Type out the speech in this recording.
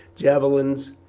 javelins,